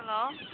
hello